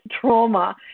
trauma